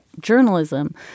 journalism